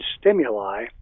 stimuli